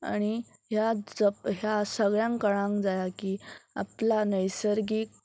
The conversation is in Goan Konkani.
आनी ह्या जप ह्या सगळ्यांक कळांक जाय की आपल्या नैसर्गीक